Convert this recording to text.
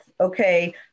Okay